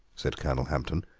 said colonel hampton,